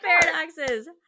paradoxes